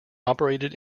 operated